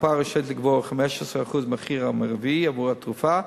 הקופה רשאית לגבות 15% מהמחיר המרבי עבור התרופה,